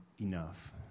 enough